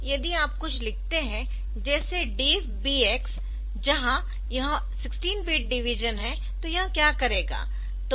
यदि आप कुछ लिखते है जैसे DIV BX जहां यह 16 बिट डिवीजन है